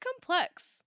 complex